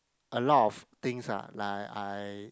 a lot of things ah like I